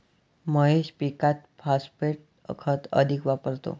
महेश पीकात फॉस्फेट खत अधिक वापरतो